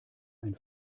ein